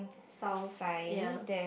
Sal's ya